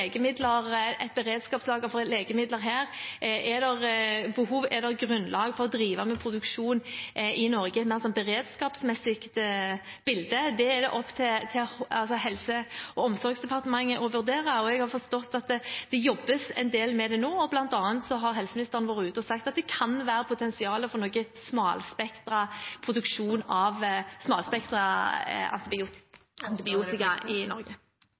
et beredskapslager for legemidler her, er det behov, er det grunnlag for å drive med produksjon i Norge innenfor et beredskapsmessig bilde? Det er det opp til Helse- og omsorgsdepartementet å vurdere. Jeg har forstått at det jobbes en del med det nå. Blant annet har helseministeren vært ute og sagt at det kan være potensial for noe produksjon av smalspektret antibiotika i Norge.